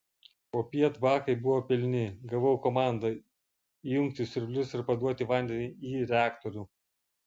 popiet bakai buvo pilni gavau komandą įjungti siurblius ir paduoti vandenį į reaktorių